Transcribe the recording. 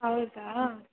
ಹೌದಾ